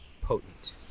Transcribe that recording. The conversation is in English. potent